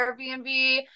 Airbnb